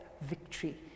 victory